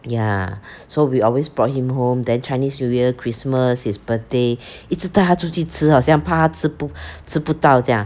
ya so we always brought him home then chinese new year christmas his birthday 一直带他出去吃好像怕他吃不吃不到这样